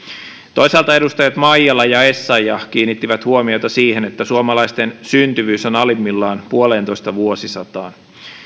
toisaalta edustajat maijala ja essayah kiinnittivät huomiota siihen että suomalaisten syntyvyys on alimmillaan puoleentoista vuosistaan